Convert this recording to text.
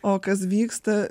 o kas vyksta